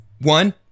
One